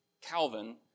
Calvin